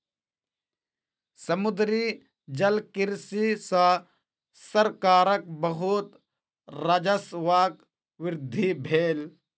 समुद्री जलकृषि सॅ सरकारक बहुत राजस्वक वृद्धि भेल